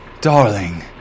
Darling